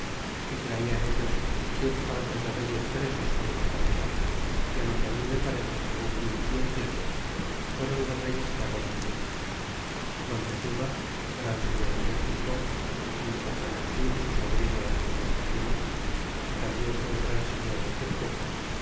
y traje en eltes siele cabezas de reyes presos en una cadena lo que mi me parece segun vi y entiende fueron los reyes que agora diré montezuma gran señor de méxico cacamatzin su sobrino de montezuma que tambien fue gran señor de tezcuco